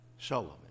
Sullivan